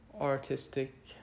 artistic